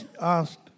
asked